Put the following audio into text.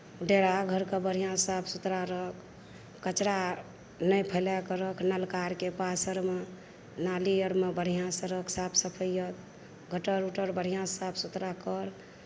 डेरा घर कऽ बढ़िआँ साफ सुथड़ा रख कचरा नहि फैलाए कऽ रख नलका आरके पास आरमे नाली आरमे बढ़िआँसँ रख साफ सफैयत गटर ओटर बढ़िआँसँ साफ सुथड़ा कर